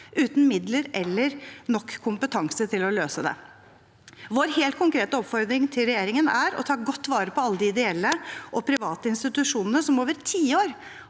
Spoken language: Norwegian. uten midler eller nok kompetanse til å løse det. Vår helt konkrete oppfordring til regjeringen er å ta godt vare på alle de ideelle og private institusjonene